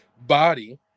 body